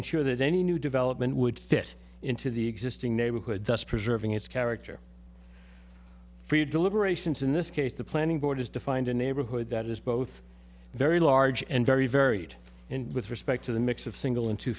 ensure that any new development would fit into the existing neighborhood thus preserving its character deliberations in this case the planning board has defined a neighborhood that is both very large and very varied and with respect to the mix of single into